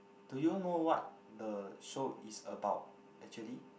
do you know what the show is about actually